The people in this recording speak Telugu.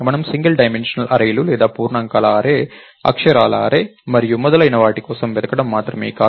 మనం సింగిల్ డైమెన్షనల్ అర్రేలు లేదా పూర్ణాంకాల అర్రే అక్షరాల అర్రే మరియు మొదలైన వాటి కోసం వెతకడం మాత్రమే కాదు